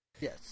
Yes